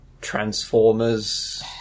Transformers